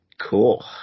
cool